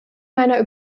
meiner